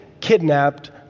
kidnapped